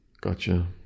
Gotcha